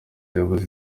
yabuze